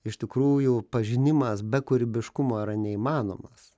iš tikrųjų pažinimas be kūrybiškumo yra neįmanomas